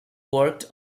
worked